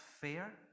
fair